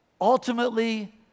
ultimately